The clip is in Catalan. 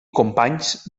companys